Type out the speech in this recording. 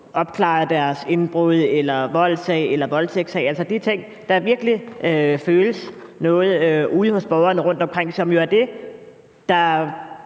opklaret deres indbrudssag, voldssag eller voldtægtssag, altså de ting, der virkelig føles ude hos borgerne rundtomkring. Det er jo det, der